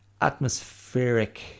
atmospheric